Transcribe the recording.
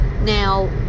Now